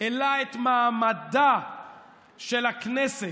אלא את מעמדה של הכנסת,